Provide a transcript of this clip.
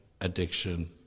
addiction